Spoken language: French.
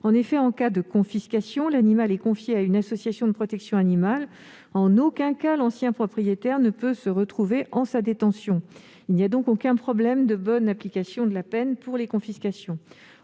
pas. En cas de confiscation, en effet, l'animal est confié à une association de protection animale. En aucun cas, l'ancien propriétaire ne peut se retrouver en sa détention. Il n'y a donc aucun problème de bonne application de la peine dans cette